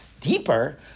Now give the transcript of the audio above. deeper